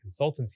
consultancy